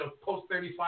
post-35